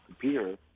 Peter